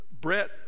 Brett